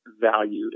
valued